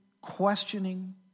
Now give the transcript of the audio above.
questioning